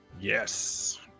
Yes